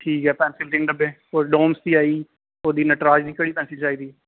ठीक ऐ पैंसल तिन्न डब्बे डोमस दी आई गेई ओह्दी नटराज दी केह्ड़ी पैंसल चाहिदी